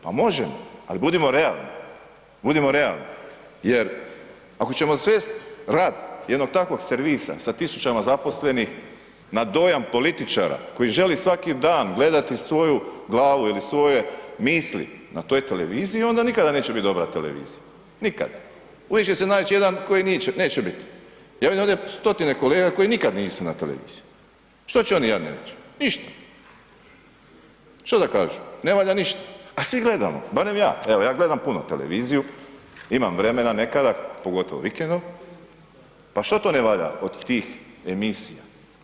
Pa možemo, al budimo realni, budimo realni jer ako ćemo svest rad jednog takvog servisa sa tisućama zaposlenih na dojam političara koji želi svaki dan gledati svoju glavu ili svoje misli na toj televiziji onda nikada neće bit dobra televizija, nikada, uvijek će se nać jedan koji neće bit, ja imam ovdje stotine kolega koji nikad nisu na televiziji, što će oni jadni reć, ništa, što da kažu, ne valja ništa, a svi gledamo, barem ja, evo ja gledam puno televiziju, imam vremena nekada, pogotovo vikendom, pa šta to ne valja od tih emisija.